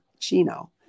Chino